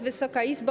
Wysoka Izbo!